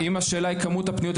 אם השאלה היא כמות הפניות,